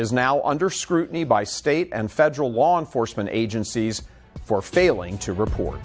is now under scrutiny by state and federal law enforcement agencies for failing to report